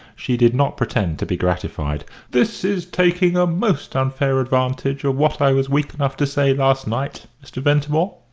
she did not pretend to be gratified. this is taking a most unfair advantage of what i was weak enough to say last night, mr. ventimore,